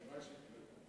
הלוואי שכלום.